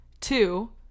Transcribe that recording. two